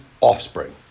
offspring